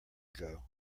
ago